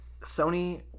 Sony